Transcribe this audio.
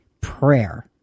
prayer